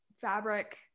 fabric